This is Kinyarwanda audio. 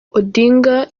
odinga